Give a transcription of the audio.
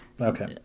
Okay